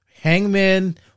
Hangman